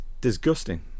disgusting